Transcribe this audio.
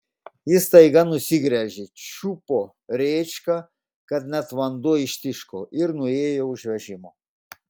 ji staiga nusigręžė čiupo rėčką kad net vanduo ištiško ir nuėjo už vežimo